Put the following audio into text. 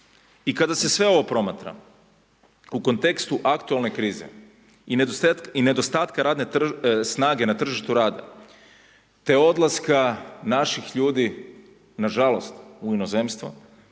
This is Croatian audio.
I kada se sve ovo promatra u kontekstu aktualne krize i nedostatka radne snage na tržištu rada te odlaska naših ljudi nažalost u inozemstvo